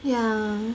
yeah